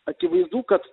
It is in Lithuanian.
akivaizdu kad